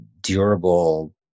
durable